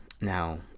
Now